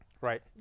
Right